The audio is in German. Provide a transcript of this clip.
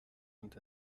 und